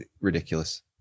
Ridiculous